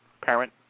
parent